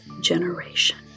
generation